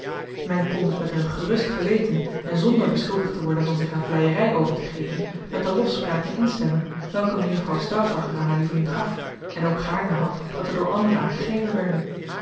men kon dus met een gerust geweten en zonder beschuldigd te worden van zich aan vleierij over te geven met de lofspraken instemmen welke mejuffrouw stauffacher aan haar lieveling gaf en ook gaarne had dat er door anderen aan gegeven werden